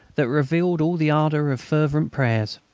that revealed all the ardour of fervent prayers.